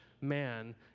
man